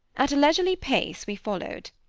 at a leisurely pace we followed.